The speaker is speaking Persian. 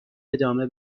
ادامه